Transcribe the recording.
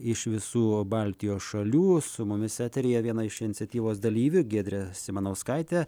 iš visų baltijos šalių su mumis eteryje viena iš iniciatyvos dalyvių giedrė simanauskaitė